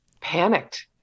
panicked